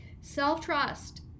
Self-trust